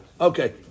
Okay